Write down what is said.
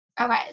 Okay